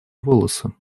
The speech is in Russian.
волосы